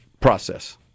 process